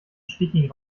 stickigen